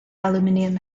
aluminium